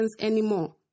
anymore